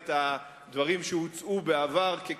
אני כמובן לא רואה את הדברים שהוצעו בעבר כקווים